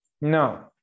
no